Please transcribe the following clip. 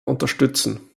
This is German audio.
unterstützen